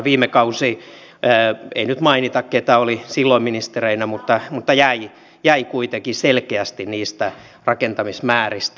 viime kausi ei nyt mainita keitä oli silloin ministereinä jäi kuitenkin selkeästi niistä rakentamismääristä